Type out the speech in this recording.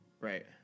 Right